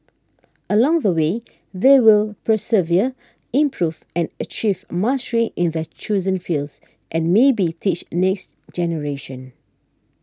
along the way they will persevere improve and achieve mastery in their chosen fields and maybe teach next generation